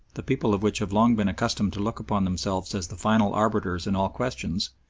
the people of which have long been accustomed to look upon themselves as the final arbiters in all questions,